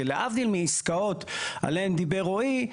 שלהבדיל מעסקאות שעליהן דיבר רואי,